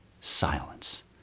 silence